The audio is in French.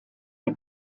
les